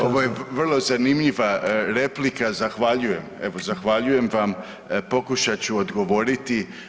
Ovo je vrlo zanimljiva replika, zahvaljujem, evo zahvaljujem vam, pokušat ću odgovoriti.